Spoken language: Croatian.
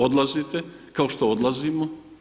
Odlazite, kao što odlazimo.